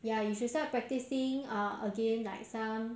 ya you should start practising uh again like some